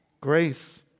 Grace